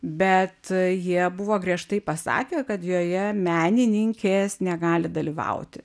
bet jie buvo griežtai pasakę kad joje menininkės negali dalyvauti